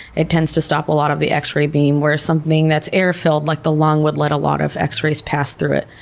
it tends to stop a lot of the x-ray beam, where something that's air-filled, like the lung, would let a lot of x-rays pass through it.